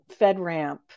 FedRAMP